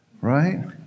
Right